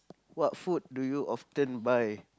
what food do you often buy